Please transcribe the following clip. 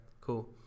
cool